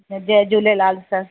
Jay Jhulelal sir